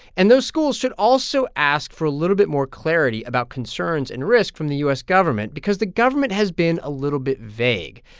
and those schools should also ask for a little bit more clarity about concerns and risk from the u s. government because the government has been a little bit vague.